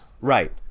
right